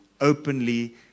openly